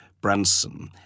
Branson